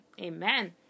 Amen